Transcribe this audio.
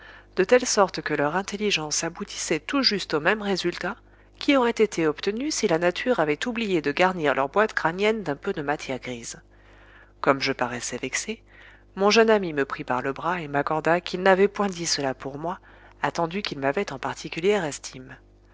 de telle sorte que leur intelligence aboutissait tout juste au même résultat qui aurait été obtenu si la nature avait oublié de garnir leur boîte crânienne d'un peu de matière grise comme je paraissais vexé mon jeune ami me prit par le bras et m'accorda qu'il n'avait point dit cela pour moi attendu qu'il m'avait en particulière estime